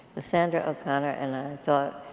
sandra o'conner and i thought